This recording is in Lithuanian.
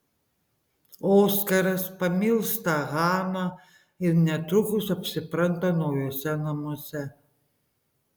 oskaras pamilsta haną ir netrukus apsipranta naujuose namuose